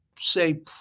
say